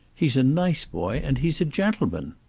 he's a nice boy, and he's a gentleman.